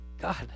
God